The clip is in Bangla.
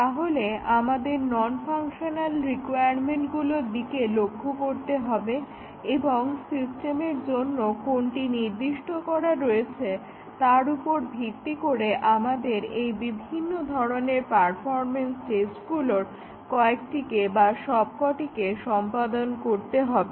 তাহলে আমাদের নন ফাংশনাল রিকোয়ারমেন্টগুলোর দিকে লক্ষ্য করতে হবে এবং সিস্টেমের জন্য কোনটি নির্দিষ্ট করা রয়েছে তার উপর ভিত্তি করে আমাদের এই বিভিন্ন ধরনের পারফরম্যান্স টেস্টগুলোর কয়েকটি বা সবকটিকে সম্পাদন করতে হবে